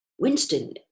Winston